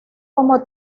como